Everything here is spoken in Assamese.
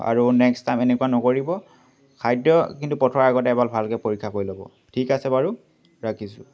আৰু নেক্সট টাইম এনেকুৱা নকৰিব খাদ্য কিন্তু পঠোৱাৰ আগতে এবাৰ ভালকৈ পৰীক্ষা কৰি ল'ব ঠিক আছে বাৰু ৰাখিছোঁ